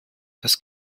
dass